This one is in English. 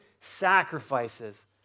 sacrifices